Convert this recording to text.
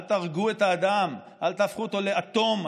אל תהרגו את האדם, אל תהפכו אותו לאטום.